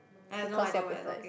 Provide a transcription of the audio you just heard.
I have no idea what you are talking